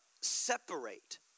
separate